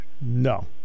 no